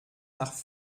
nach